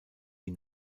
die